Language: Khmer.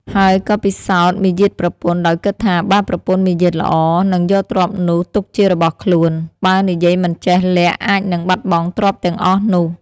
ហើយក៏ពិសោធន៏មាយាទប្រពន្ធ ដោយគិតថា “បើប្រពន្ធមាយាទល្អនឹងយកទ្រព្យនោះទុកជារបស់ខ្លួន បើនិយាយមិនចេះលាក់អាចនិងបាត់បង់ទ្រព្យទាំងអស់នោះ។